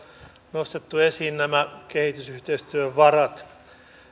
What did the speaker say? nostettu esiin nämä kehitysyhteistyövarat